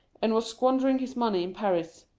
and was squandering his money in paris.